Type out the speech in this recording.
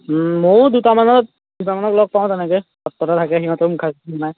মইয়ো দুটামানক দুটামানক লগ পাওঁ তেনেকৈ চব কথা থাকে সিহঁতেও মুখা চুখা বনাই